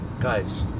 Guys